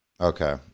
Okay